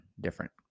Different